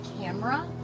camera